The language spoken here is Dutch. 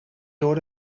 door